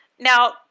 Now